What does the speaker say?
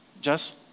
Jess